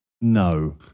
No